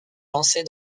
lancer